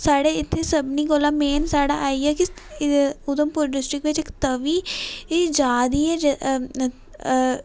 साढ़े इत्थै सबने कोला मेन आई गेआ की उधमपुर बिच इक तवी तवी ऐ जा दी ऐ ते